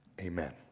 Amen